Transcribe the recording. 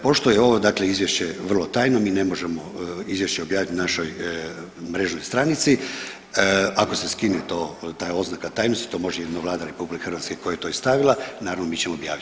Pošto je ovo dakle Izvješće vrlo tajno, mi ne možemo Izvješće objaviti na našoj mrežnoj stranici, ako se skine to, ta oznaka tajnosti to može jedino Vlada RH koja je to i stavila, naravno mi ćemo objaviti.